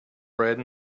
bread